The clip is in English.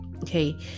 okay